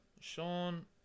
Sean